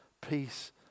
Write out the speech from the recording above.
peace